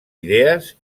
idees